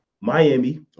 Miami